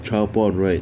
child porn right